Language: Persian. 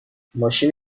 ماشین